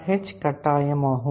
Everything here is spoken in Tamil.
h கட்டாயமாகும்